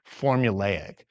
formulaic